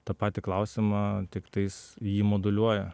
tą patį klausimą tiktais jį moduliuoja